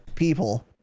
people